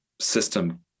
system